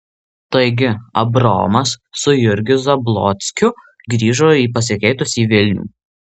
taigi abraomas su jurgiu zablockiu grįžo į pasikeitusį vilnių